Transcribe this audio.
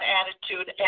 attitude